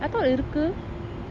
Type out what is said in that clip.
I thought இருக்கு:iruku